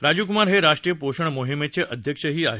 राजीव कुमार हे राष्ट्रीय पोषण मोहिमेचे अध्यक्षही आहेत